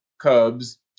Cubs